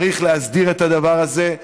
צריך להסדיר את הדבר הזה.